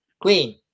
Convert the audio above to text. queen